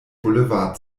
boulevard